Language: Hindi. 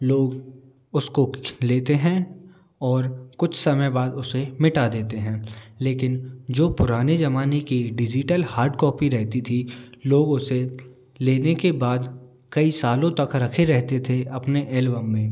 लोग उसको ख लेते हैं और कुछ समय बाद उसे मिटा देते हैं लेकिन जो पुराने जमाने की डिजिटल हार्ड कॉपी रहती थी लोग उसे लेने के बाद कई सालों तक रखे रहते थे अपने एल्बम में